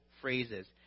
phrases